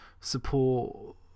support